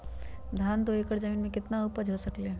धान दो एकर जमीन में कितना उपज हो सकलेय ह?